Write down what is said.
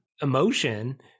emotion